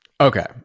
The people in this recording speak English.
Okay